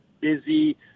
busy